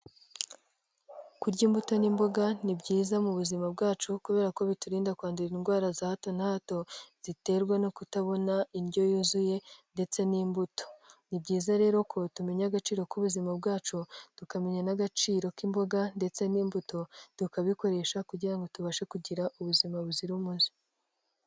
Kurya imbuto n'imboga, ni byiza mu buzima bwacu kubera ko biturinda kwandura indwara za hato na hato, ziterwa no kutabona indyo yuzuye ndetse n'imbuto. Ni byiza rero ko tumenya agaciro k'ubuzima bwacu, tukamenya n'agaciro k'imboga ndetse n'imbuto, tukabikoresha kugira ngo tubashe kugira ubuzima buzira umuze.